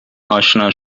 آشنا